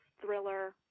thriller